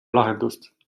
lahendust